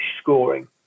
scoring